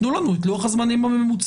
תנו לנו את לוח הזמנים הממוצע.